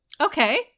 Okay